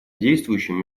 действующим